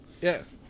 Yes